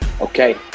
Okay